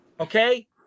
Okay